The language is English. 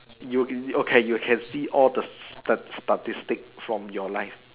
you okay you can see all the statistic from your life